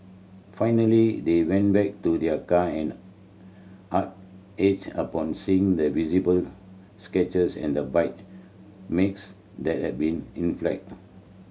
finally they went back to their car and heart ached upon seeing the visible scratches and bite makes that had been inflicted